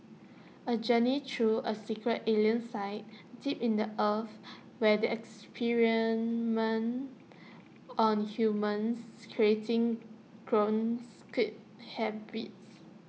A journey through A secret alien site deep in the earth where they experiment on humans creating hybrids